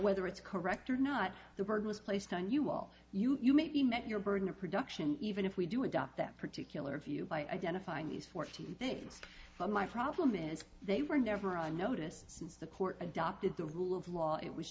whether it's correct or not the word was placed on you while you may be met your burden of production even if we do adopt that particular view by identifying these fourteen things my problem is they were never i noticed since the court adopted the rule of law it was